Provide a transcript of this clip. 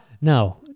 No